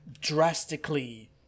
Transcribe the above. drastically